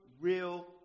real